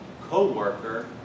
co-worker